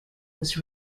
was